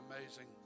amazing